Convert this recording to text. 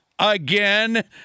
Again